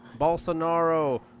Bolsonaro